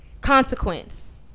consequence